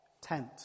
tent